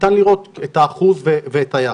ניתן לראות את האחוז ואת היחס.